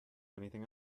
anything